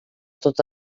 tot